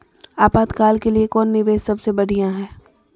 आपातकाल के लिए कौन निवेस सबसे बढ़िया है?